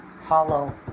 hollow